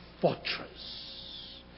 fortress